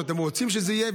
שאתם רוצים שזה יהיה,